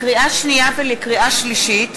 לקריאה שנייה ולקריאה שלישית: